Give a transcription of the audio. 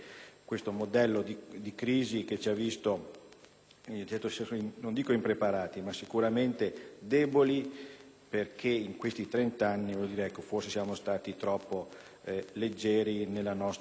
non dico impreparati, ma sicuramente deboli, perché in questi trent'anni forse siamo stati troppo leggeri nella nostra economia. PRESIDENTE.